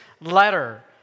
letter